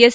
S